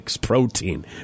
protein